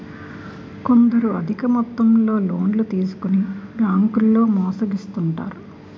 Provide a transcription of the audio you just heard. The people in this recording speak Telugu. కొందరు అధిక మొత్తంలో లోన్లు తీసుకొని బ్యాంకుల్లో మోసగిస్తుంటారు